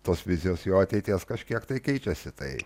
tos vizijos jo ateities kažkiek keičiasi tai